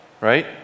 right